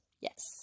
Yes